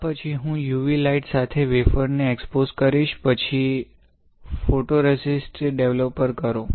આ પછી હું UV લાઇટ સાથે વેફર ને એક્સ્પોઝ કરીશ પછી ફોટોરેઝિસ્ટ ડેવલપર કરો